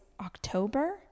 October